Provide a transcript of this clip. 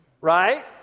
right